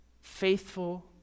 faithful